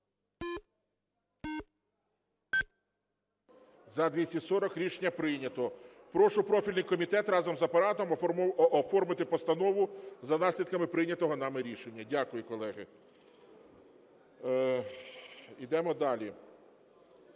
За-240 Рішення прийнято. Прошу профільний комітет разом з Апаратом оформити постанову за наслідками прийнятого нами рішення. Дякую, колеги. Йдемо далі.